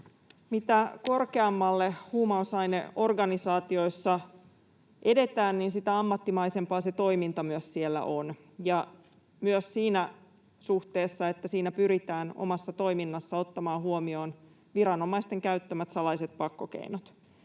mitä korkeammalle huumausaineorganisaatioissa edetään, sitä ammattimaisempaa se toiminta siellä myös on, myös siinä suhteessa, että siinä omassa toiminnassa pyritään ottamaan huomioon viranomaisten käyttämät salaiset pakkokeinot.